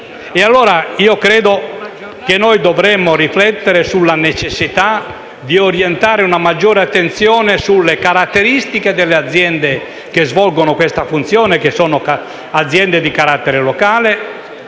Credo dovremmo riflettere sulla necessità di orientare una maggiore attenzione sulle caratteristiche delle aziende che svolgono questa funzione, che sono aziende di carattere locale,